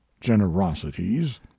generosities